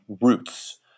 roots